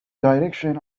direction